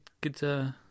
good